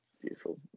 Beautiful